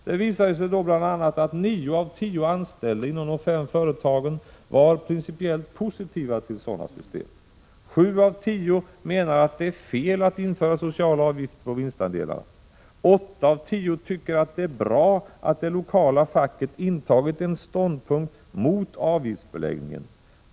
Det visade sig då bl.a. att nio av tio anställda inom de fem företagen var principiellt positiva till sådana system; sju av tio menar att det är fel att införa sociala avgifter på vinstandelarna; åtta av tio tycker att det är bra att det lokala facket intagit en ståndpunkt mot avgiftsbeläggningen.